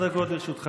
כבוד השר,